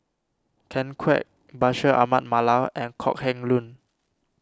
Ken Kwek Bashir Ahmad Mallal and Kok Heng Leun